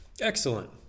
excellent